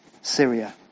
Syria